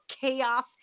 chaos